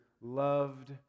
loved